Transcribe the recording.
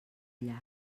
llac